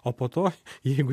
o po to jeigu